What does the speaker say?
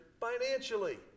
financially